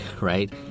right